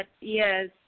yes